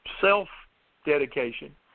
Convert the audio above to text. self-dedication